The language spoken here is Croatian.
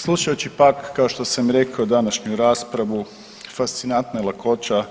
Slušajući pak kao što sam rekao današnju raspravu fascinantna je lakoća